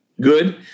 good